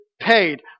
paid